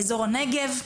באזור הנגב,